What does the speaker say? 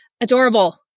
adorable